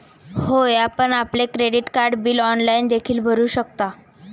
होय, आपण आपले क्रेडिट कार्ड बिल ऑनलाइन देखील भरू शकता